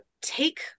take